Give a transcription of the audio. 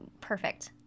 perfect